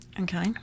Okay